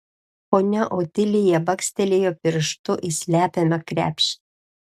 ponia otilija bakstelėjo pirštu į slepiamą krepšį